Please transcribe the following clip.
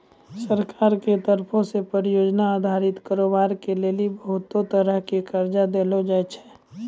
सरकार के तरफो से परियोजना अधारित कारोबार के लेली बहुते तरहो के कर्जा देलो जाय छै